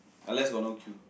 unless got no queue